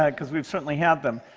um because we've certainly had them.